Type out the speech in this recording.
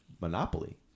monopoly